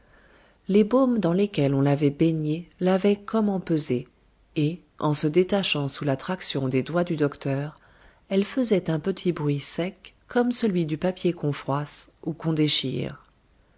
les baumes dans lesquels on l'avait baignée l'avaient comme empesée et en se détachant sous la traction des doigts du docteur elle faisait un petit bruit sec comme celui du papier qu'on froisse ou qu'on